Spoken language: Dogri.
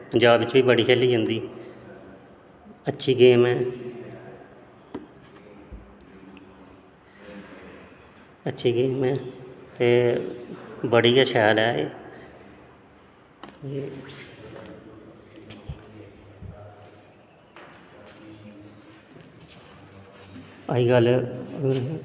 पंजाब बिच्च बी बड़ी खेली जंदी अच्छी गेम ऐ अच्छी गेम ऐ ते बड़ी गै शैल ऐ एह् एह् अज कल